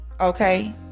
okay